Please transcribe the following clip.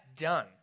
done